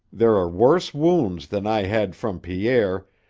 there are worse wounds than i had from pierre,